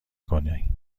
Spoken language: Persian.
کنی